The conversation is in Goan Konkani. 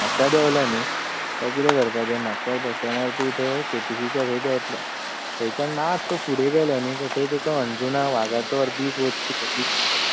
म्हापश्यां देंवलो नी कांय कितें करपाचें म्हापश्यां बसस्टेंडार तूं थंय के टी सीच्या थंय देवतलो थंयच्यान मात्सो फुडें गेलो नी थंय तुकां अणजुणा वागातोर बीच वसपी बसीं दिसतल्यो